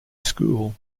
school